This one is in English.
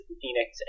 Phoenix